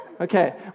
Okay